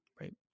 right